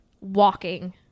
walking